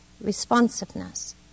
responsiveness